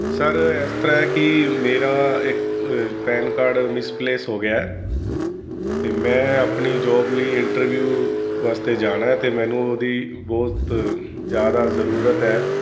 sir ਇਸ ਤਰਾਂ ਹੈ ਕਿ ਮੇਰਾ ਇ ਪੈਨ ਕਾਰਡ ਮਿਸਪਲੇਸ ਹੋ ਗਿਆ ਅਤੇ ਮੈਂ ਆਪਣੀ ਜੋਬ ਲਈ ਇੰਟਰਵਿਊ ਵਾਸਤੇ ਜਾਣਾ ਅਤੇ ਮੈਨੂੰ ਉਹਦੀ ਬਹੁਤ ਜ਼ਿਆਦਾ ਜ਼ਰੂਰਤ ਹੈ